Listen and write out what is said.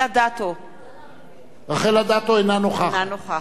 אינה נוכחת יולי יואל אדלשטיין,